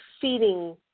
feeding